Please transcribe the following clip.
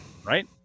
right